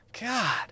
God